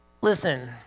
Listen